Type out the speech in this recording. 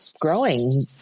growing